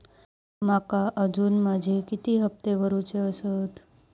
माका अजून माझे किती हप्ते भरूचे आसत?